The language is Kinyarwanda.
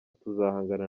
tuzahangana